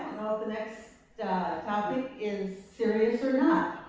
the next topic is serious or not.